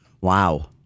wow